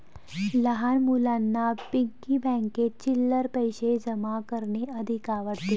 लहान मुलांना पिग्गी बँकेत चिल्लर पैशे जमा करणे अधिक आवडते